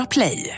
Play